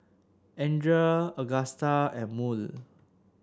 Andrea Agusta and Murl